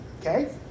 okay